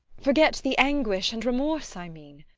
forget the anguish and remorse, i mean.